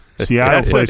Seattle